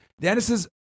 Dennis's